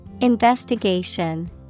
Investigation